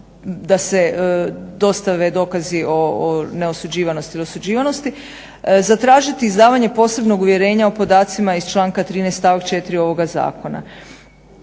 da se dostave dokazi o neosuđivanosti ili osuđivanosti, zatražiti izdavanje posebnog uvjerenja o podacima iz članka 13. stavak 4. ovoga zakona.